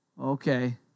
okay